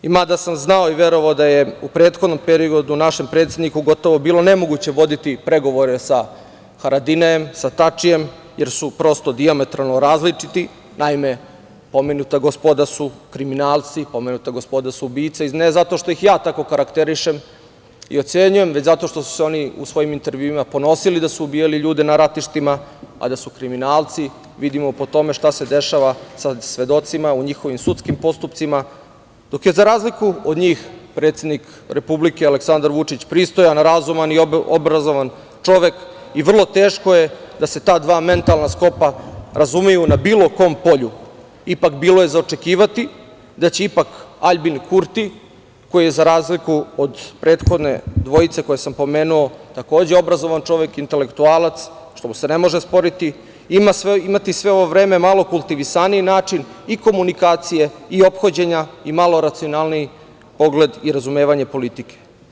Mada sam znao i verovao da je u prethodnom periodu našem predsedniku gotovo bilo nemoguće voditi pregovore sa Haradinajem, sa Tačijem jer su prosto dijametralno različiti, naime pomenuta gospoda su kriminalci, pomenuta gospoda su ubice, ne zato što ih ja tako karakterišem i ocenjujem već zato što su se oni u svojim intervjuima ponosili da su ubijali ljude na ratištima, a da su kriminalci vidimo po tome šta se dešava sa svedocima u njihovim sudskim postupcima dok je za razliku od njih predsednik Republike Aleksandar Vučić pristojan, razuman i obrazovan čovek i vrlo teško je da se ta dva mentalna sklopa razumeju na bilo kom polju, ipak bilo je za očekivati da će ipak Aljbin Kurti, koji je za razliku od prethodne dvojice koje sam pomenuo takođe obrazovan čovek, intelektualac, što mu se ne može osporiti imati sve ovo vreme malo kultivisaniji način, malo komunikacije i ophođenja i malo racionalniji pogled i razumevanje politike.